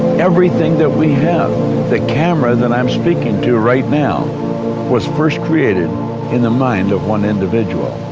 everything that we have the camera that i'm speaking to right now was first created in the mind of one individual.